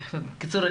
בקיצור,